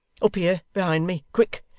up here behind me quick!